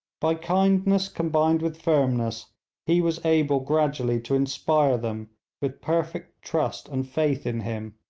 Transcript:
by kindness combined with firmness he was able gradually to inspire them with perfect trust and faith in him,